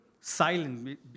Silent